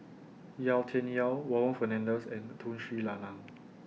Yau Tian Yau Warren Fernandez and Tun Sri Lanang